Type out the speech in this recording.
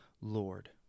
Lord